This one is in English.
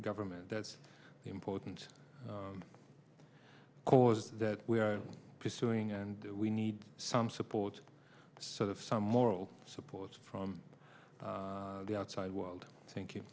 government that's the important cause that we are pursuing and we need some support sort of some moral support from the outside world thank you